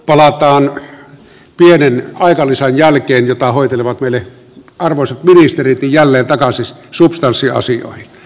palataan pienen aikalisän jälkeen jota hoitelevat meille arvoisat ministerit jälleen takaisin substanssiasioihin